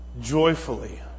Joyfully